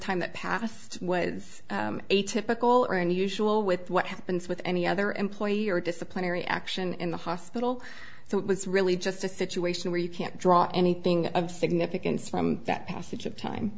time that passed was atypical or unusual with what happens with any other employee or disciplinary action in the hospital so it was really just a situation where you can't draw anything of significance from that passage of time